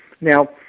Now